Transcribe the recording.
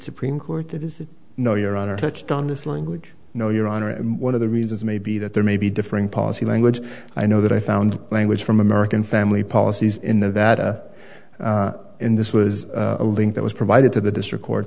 supreme court that is no your honor touched on this language know your honor and one of the reasons may be that there may be differing policy language i know that i found language from american family policies in the that in this was a link that was provided to the district court